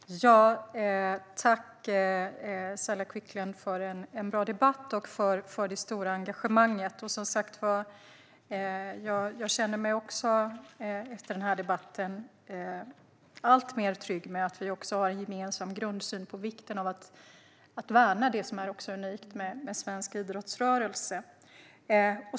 Herr talman! Tack, Saila Quicklund, för en bra debatt och för det stora engagemanget! Jag känner mig också efter den här debatten mer trygg med att vi har en gemensam grundsyn när det gäller att värna det som är unikt med svensk idrottsrörelse.